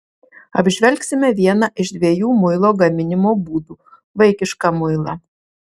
apžvelgsime vieną iš dviejų muilo gaminimo būdų vaikišką muilą